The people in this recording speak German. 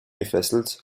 gefesselt